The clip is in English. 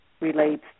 relates